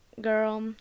girl